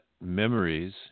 memories